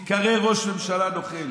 אז אותו מתקרא ראש ממשלה, נוכל: